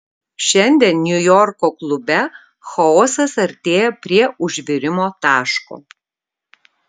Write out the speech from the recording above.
šiandien niujorko klube chaosas artėja prie užvirimo taško